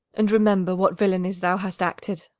and remember what villainies thou hast acted.